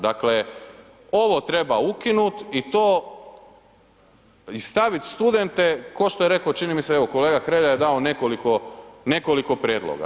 Dakle ovo treba ukinut i to stavit studente kao što je reko, čini mi se evo, kolega Hrelja je dao nekoliko prijedloga.